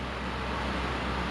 boleh ah go jer